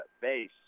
base